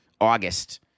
August